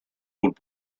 old